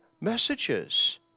messages